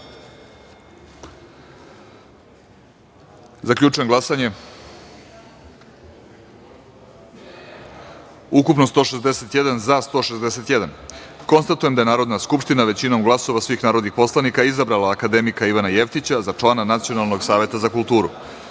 glasanje: ukupno – 161, za – 161.Konstatujem da je Narodna skupština većinom glasova svih narodnih poslanika izabrala akademika Ivana Jevtića za člana Nacionalnog saveta za kulturu. Stavljam